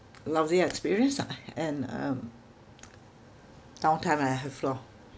lousy experience lah and um down time I have lor